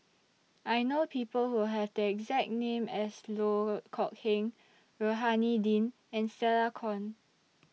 I know People Who Have The exact name as Loh Kok Heng Rohani Din and Stella Kon